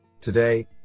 Today